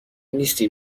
نیستی